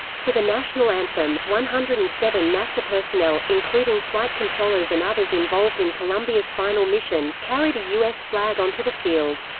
for the national anthem, one hundred and seven nasa personnel, including flight controllers and others involved in columbia's final mission, carried a u s. flag onto the field.